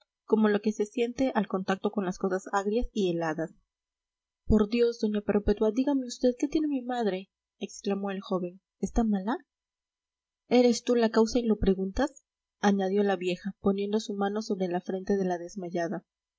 como lo que se siente al contacto de las cosas agrias y heladas por dios doña perpetua dígame vd qué tiene mi madre exclamó el joven está mala eres tú la causa y lo preguntas añadió la vieja poniendo su mano sobre la frente de la desmayada